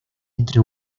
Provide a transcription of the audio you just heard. entre